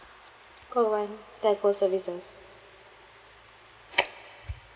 call one telco services